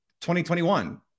2021